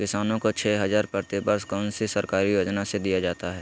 किसानों को छे हज़ार प्रति वर्ष कौन सी सरकारी योजना से दिया जाता है?